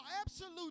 absolute